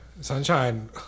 Sunshine